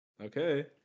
Okay